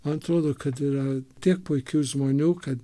man atrodo kad yra tiek puikių žmonių kad